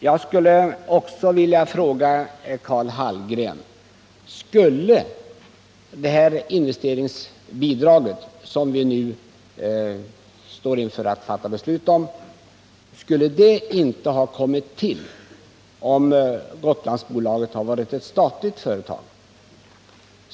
Jag vill också fråga Karl Hallgren: Skulle det investeringsbidrag som vi nu står i begrepp att fatta beslut om inte ha kommit till om Gotlandsbolaget hade varit ett statligt företag?